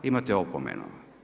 Imate opomenu.